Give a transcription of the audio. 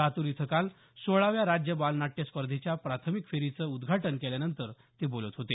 लातूर इथं काल सोळाव्या राज्य बाल नाट्य स्पर्धेच्या प्राथमिक फेरीचं उद्घाटन केल्यानंतर ते बोलत होते